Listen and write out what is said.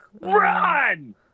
Run